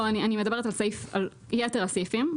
לא, אני מדברת על יתר הסעיפים.